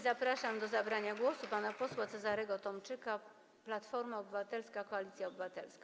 Zapraszam do zabrania głosu pana posła Cezarego Tomczyka, Platforma Obywatelska - Koalicja Obywatelska.